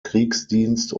kriegsdienst